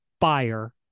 buyer